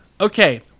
Okay